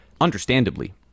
understandably